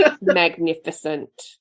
magnificent